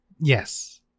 Yes